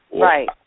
Right